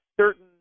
certain